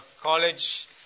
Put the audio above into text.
college